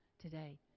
today